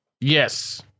yes